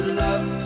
love